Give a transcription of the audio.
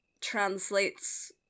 translates